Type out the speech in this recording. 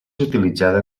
utilitzada